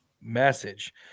message